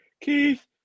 Keith